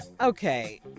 Okay